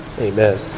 Amen